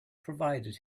provided